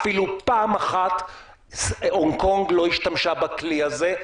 אפילו פעם אחת הונג קונג לא השתמשה בכלי הזה,